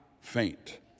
faint